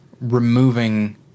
removing